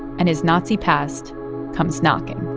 and his nazi past comes knocking